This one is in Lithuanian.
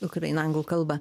ukraina anglų kalba